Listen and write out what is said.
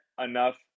enough